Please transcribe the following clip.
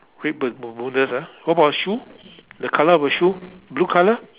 red ber~ bermudas ah what about her shoe the colour of her shoe blue colour